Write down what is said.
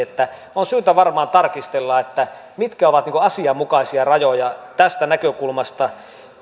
eli on syytä varmaan tarkistella mitkä ovat asianmukaisia rajoja tästä näkökulmasta